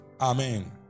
Amen